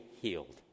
healed